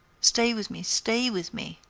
stay with me, stay with me.